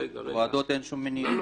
בוועדות אין שום מניעה.